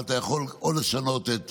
אבל אתה יכול או לשנות את